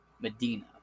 Medina